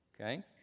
Okay